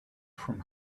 from